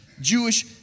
Jewish